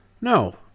No